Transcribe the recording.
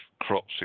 crops